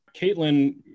Caitlin